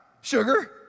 Sugar